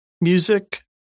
music